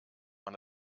man